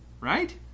Right